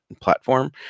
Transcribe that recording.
platform